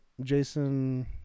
Jason